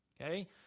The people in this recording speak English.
okay